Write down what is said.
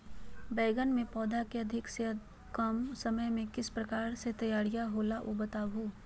बैगन के पौधा को अधिक से अधिक कम समय में किस प्रकार से तैयारियां होला औ बताबो है?